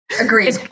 Agreed